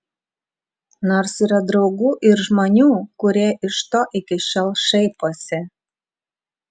nors yra draugų ir žmonių kurie iš to iki šiol šaiposi